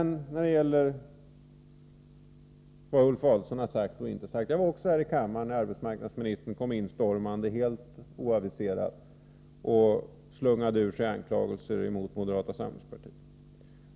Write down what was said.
När det gäller vad Ulf Adelsohn har sagt och inte sagt vill jag bara säga att jag också var här i kammaren när arbetsmarknadsministern kom instormande helt oaviserad och slungade ur sig anklagelser mot moderata samlingspartiet.